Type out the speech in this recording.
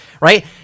right